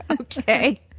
Okay